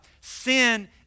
Sin